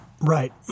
Right